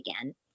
again